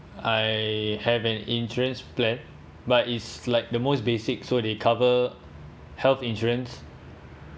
I have an insurance plan but it's like the most basic so they cover health insurance